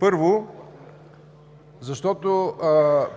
Първо, защото